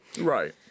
Right